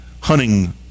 hunting